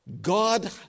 God